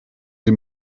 sie